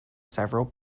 several